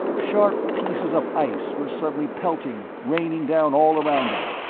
sharp pieces of ice were suddenly pelting, raining down all around them,